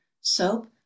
Soap